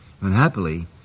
Unhappily